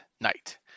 night